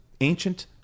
ancient